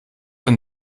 ein